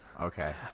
okay